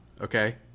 okay